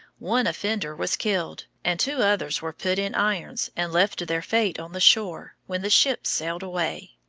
one offender was killed, and two others were put in irons and left to their fate on the shore when the ships sailed away.